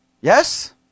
Yes